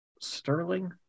Sterling